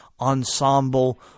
ensemble